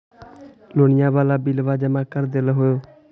लोनिया वाला बिलवा जामा कर देलहो?